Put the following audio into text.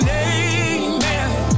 amen